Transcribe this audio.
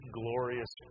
glorious